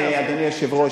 אדוני היושב-ראש,